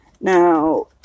now